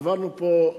עברנו פה,